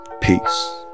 Peace